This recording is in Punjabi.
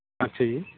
ਅੱਛਾ ਜੀ